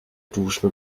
duschen